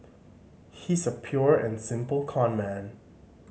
he's a pure and simple conman